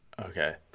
Okay